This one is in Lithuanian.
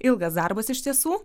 ilgas darbas iš tiesų